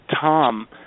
Tom